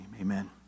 amen